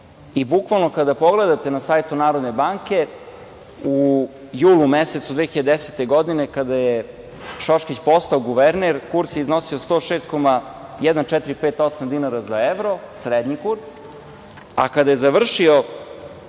proizvoda. Bukvalno kada pogledate na sajtu Narodne banke, u julu mesecu 2010. godine, kada je Šoškić postao guverner, kurs je iznosio 106,1458 dinara za evro, srednji kurs, a kada je završio